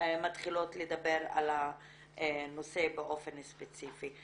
מתחילות לדבר על הנושא באופן ספציפי.